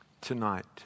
tonight